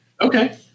Okay